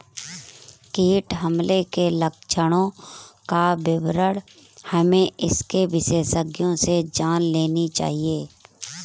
कीट हमले के लक्षणों का विवरण हमें इसके विशेषज्ञों से जान लेनी चाहिए